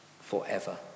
forever